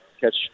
catch